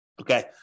Okay